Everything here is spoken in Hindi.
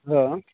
हाँ